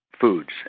Foods